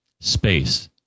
space